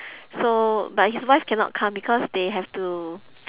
so but his wife cannot come because they have to